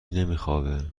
نمیخوابه